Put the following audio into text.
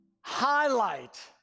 highlight